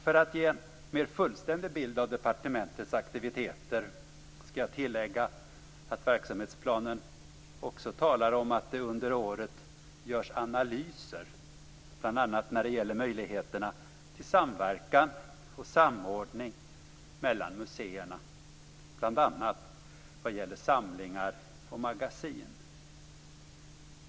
För att ge en mer fullständig bild av departementets aktiviteter skall jag tillägga att verksamhetsplanen också talar om att det under året görs analyser bl.a. när det gäller möjligheterna till samverkan och samordning mellan museerna. Det gäller bl.a. samlingar och magasin.